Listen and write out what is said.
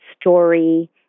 story